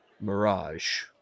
Mirage